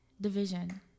Division